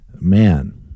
man